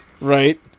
Right